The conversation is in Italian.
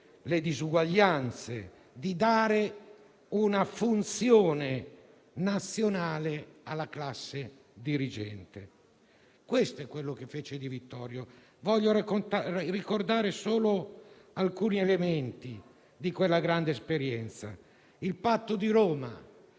le disuguaglianze, di dare una funzione nazionale alla classe dirigente. Questo è quello che fece Di Vittorio. Voglio ricordare solo alcuni elementi di quella grande esperienza, fra cui il Patto di Roma